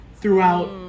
throughout